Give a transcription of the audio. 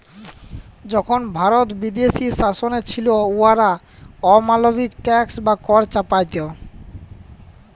যখল ভারত বিদেশী শাসলে ছিল, উয়ারা অমালবিক ট্যাক্স বা কর চাপাইত